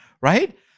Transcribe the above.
right